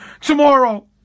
tomorrow